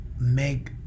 make